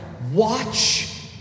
Watch